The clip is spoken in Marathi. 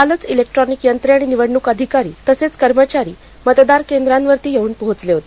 कालच इलेक्ट्रोनिक यंत्रे आणि निवडणुक अधिकारी तसेच कर्मचारी मतदान केंद्रांवरती येऊन पोहोचले होते